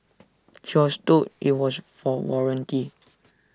she was told IT was for warranty